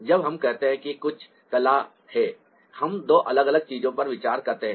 जब हम कहते हैं कि कुछ कला है हम दो अलग अलग चीजों पर विचार करते हैं